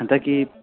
ꯍꯟꯗꯛꯀꯤ